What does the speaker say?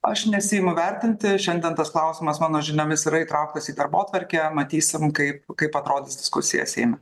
aš nesiimu vertinti šiandien tas klausimas mano žiniomis yra įtrauktas į darbotvarkę matysim kaip kaip atrodys diskusija seime